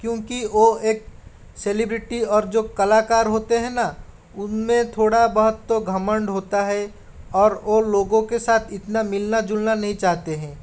क्योंकि वो एक सेलिब्रिटी और जो कलाकार होते हैं न उनमें थोड़ा बहुत तो घमंड होता है और वो लोगों के साथ इतना मिलना जुलना नहीं चाहते हैं